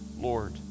Lord